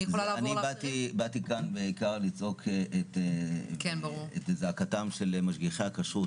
אני באתי כאן בעיקר לזעוק את זעקתם של משגיחי הכשרות,